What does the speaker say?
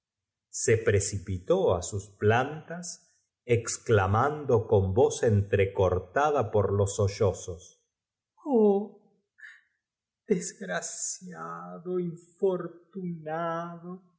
se precipitó á sus plantas exclamando con voz entrecortada por los sollozos oh desgraciado infortunado